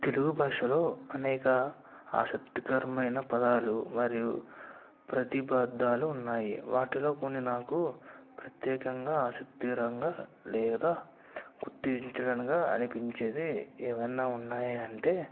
తెలుగు భాషలో అనేక ఆసక్తికరమైన పదాలు మరియు ప్రతిపాద్దాలు ఉన్నాయి వాటిలో కొన్ని నాకు ప్రత్యేకంగా ఆసక్తికరంగా లేదా గుర్తించడంగా అనిపించేది ఏమన్నా ఉన్నాయా అంటే